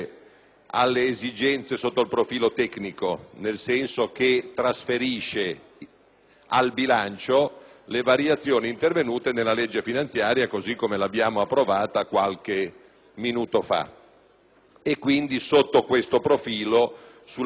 al bilancio le variazioni intervenute nella legge finanziaria così come l'abbiamo approvata qualche minuto fa. Sotto il profilo, quindi, della specificità e delle caratteristiche tecniche della Nota di variazione non vi è nessuna questione.